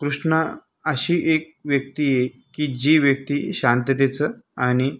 कृष्ण अशी एक व्यक्ती आहे की जी व्यक्ती शांततेचं आणि